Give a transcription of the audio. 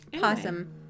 Possum